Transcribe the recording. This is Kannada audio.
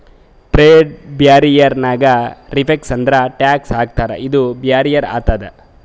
ಟ್ರೇಡ್ ಬ್ಯಾರಿಯರ್ ನಾಗ್ ಟೆರಿಫ್ಸ್ ಅಂದುರ್ ಟ್ಯಾಕ್ಸ್ ಹಾಕ್ತಾರ ಇದು ಬ್ಯಾರಿಯರ್ ಆತುದ್